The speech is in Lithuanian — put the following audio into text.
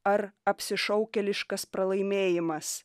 ar apsišaukėliškas pralaimėjimas